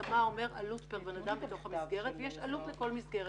השמה אומרת עלות פר בן אדם בתוך המסגרת ויש עלות לכל מסגרת.